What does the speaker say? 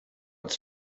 its